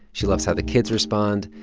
she loves how the kids respond.